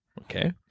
Okay